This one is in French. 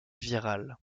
virale